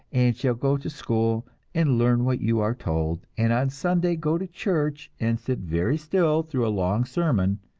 and shall go to school and learn what you are told, and on sunday go to church and sit very still through a long sermon